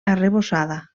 arrebossada